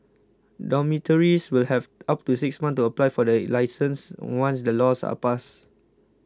dormitories will have up to six months to apply for the licence once the laws are passed